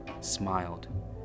smiled